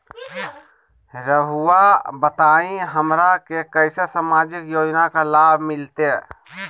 रहुआ बताइए हमरा के कैसे सामाजिक योजना का लाभ मिलते?